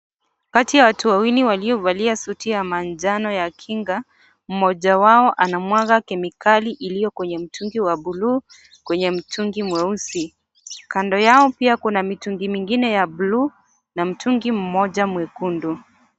Kati ya watu wawili waliovalia suti ya manjano ya kinga, mmoja wao anamwaga kemikali iliyo kwenye mtungi wa buluu kwenye mtungi mweusi kando yao pia kuna mitungi mingine ya buluu na mtungi mmoja mwekundu.